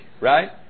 right